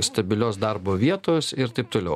stabilios darbo vietos ir taip toliau